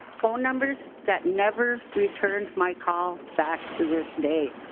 phone numbers that never returned my call back to this day.